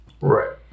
Right